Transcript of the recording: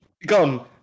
Gone